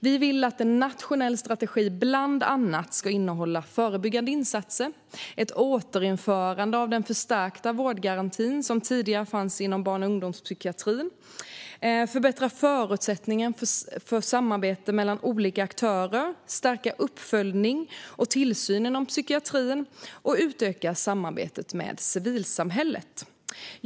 Vi vill att en nationell strategi bland annat ska innehålla förebyggande insatser, ett återinförande av den förstärkta vårdgaranti som tidigare fanns inom barn och ungdomspsykiatrin, förbättrade förutsättningar för samarbete mellan olika aktörer, stärkt uppföljning och tillsyn inom psykiatrin och utökat samarbete med civilsamhället.